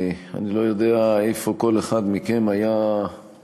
אני לא יודע איפה כל אחד מכם היה אז,